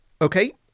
okay